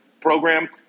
program